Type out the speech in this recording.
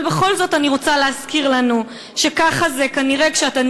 אבל בכל זאת אני רוצה להזכיר לנו שככה זה כנראה כשאתה